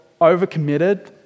overcommitted